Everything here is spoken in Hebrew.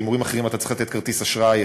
בהימורים אחרים אתה צריך לתת כרטיס אשראי,